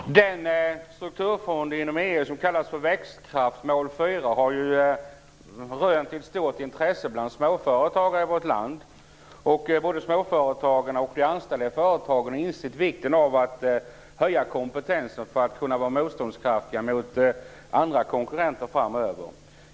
Fru talman! Jag har en fråga till arbetsmarknadsministern. Den strukturfond inom EU som kallas Växtkraft mål 4 har rönt ett stort intresse bland småföretagare i vårt land. Både småföretagarna och de anställda i företagen har insett vikten av att höja kompetensen för att man framöver skall kunna vara motståndskraftig mot andra konkurrenter.